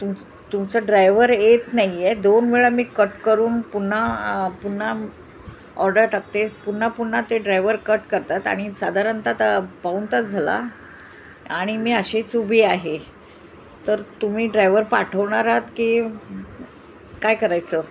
तुम तुमचं ड्रायवर येत नाईये दोन वेळा मी कट करून पुन्हा पुन्हा ऑर्डर टाकते पुन्हा पुन्हा ते ड्रायव्हर कट करतात आणि साधारणतः पाहूनताच झाला आणि मी अशीच उभी आहे तर तुम्ही ड्रायव्हर पाठवणार की काय करायचं